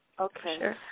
Okay